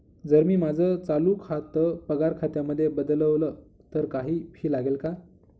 जर मी माझं चालू खातं पगार खात्यामध्ये बदलवल, तर काही फी लागेल का?